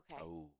Okay